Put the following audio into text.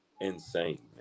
insane